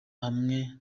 hamwe